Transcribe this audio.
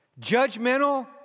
judgmental